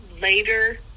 later